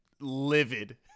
livid